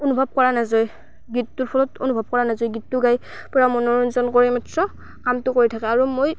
অনুভৱ কৰা নাযায় গীতটোৰ ফলত অনুভৱ কৰা নাযায় গীতটো গায় পূৰা মনোৰঞ্জন কৰে মাত্ৰ কামটো কৰি থাকে আৰু মই